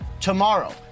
tomorrow